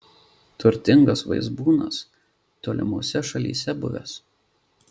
turtingas vaizbūnas tolimose šalyse buvęs